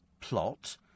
plot